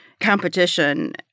competition